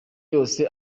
yose